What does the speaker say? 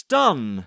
done